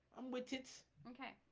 i'm widgets. okay